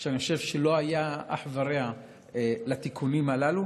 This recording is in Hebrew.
ואני חושב שלא היה אח ורע לתיקונים הללו.